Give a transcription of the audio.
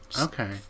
Okay